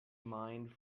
mind